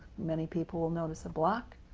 many people will notice a block,